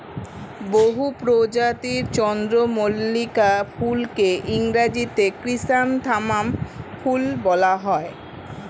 বহু প্রজাতির চন্দ্রমল্লিকা ফুলকে ইংরেজিতে ক্রিস্যান্থামাম ফুল বলা হয়